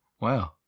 Wow